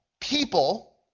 people